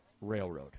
Railroad